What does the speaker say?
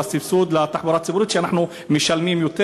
סבסוד התחבורה הציבורית כשאנחנו משלמים יותר?